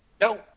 no